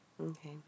Okay